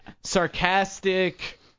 sarcastic –